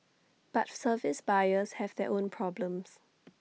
but service buyers have their own problems